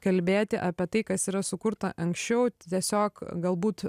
kalbėti apie tai kas yra sukurta anksčiau tiesiog galbūt